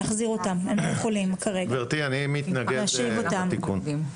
גברתי, אני מתנגד לתיקון.